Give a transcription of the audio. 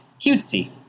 cutesy